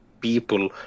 people